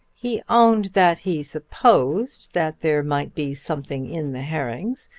he owned that he supposed that there might be something in the herrings,